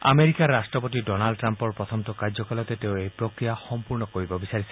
আমেৰিকাৰ ৰাট্টপতি ডনাল্ড টাম্পৰ প্ৰথমটো কাৰ্যকালতে তেওঁ এই প্ৰক্ৰিয়া সম্পূৰ্ণ কৰিব বিচাৰিছে